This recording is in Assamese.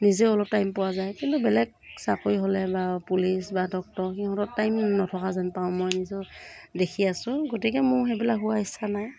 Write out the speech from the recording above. নিজেও অলপ টাইম পোৱা যায় কিন্তু বেলেগ চাকৰি হ'লে পুলিচ বা ডক্তৰ সিহঁতৰ টাইম নথকা যেন পাওঁ মই নিজেও দেখি আছোঁ গতিকে মোৰ সেইবিলাক হোৱাৰ ইচ্ছা নাই